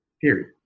Period